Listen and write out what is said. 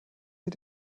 sie